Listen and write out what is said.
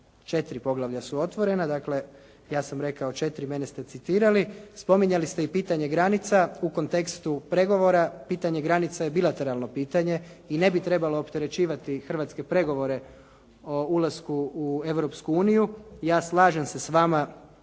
4, 4 poglavlja su otvorena. Dakle ja sam rekao 4, mene ste citirali. Spominjali ste i pitanje granica u kontekstu pregovora. Pitanje granica je bilateralno pitanje i ne bi trebalo opterećivati hrvatske pregovore o ulasku u Europsku uniju. Ja, slažem se s vama